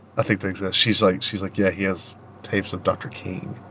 i think they exist. she's like she's like, yeah, he has tapes of dr. king,